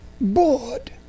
bored